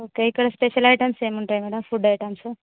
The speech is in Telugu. ఓకే ఇక్కడ స్పెషల్ ఐటమ్స్ ఏమి ఉంటాయి మ్యాడమ్ ఫుడ్ ఐటమ్స్